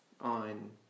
on